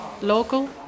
local